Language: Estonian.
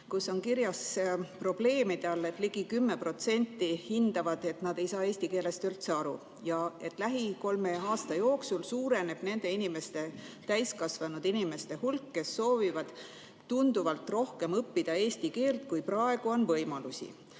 kus on kirjas probleemide all, et ligi 10% hindavad, et nad ei saa eesti keelest üldse aru, ja et lähima kolme aasta jooksul suureneb nende täiskasvanud inimeste hulk, kes soovivad tunduvalt rohkem õppida eesti keelt, kui praegu on võimalusi.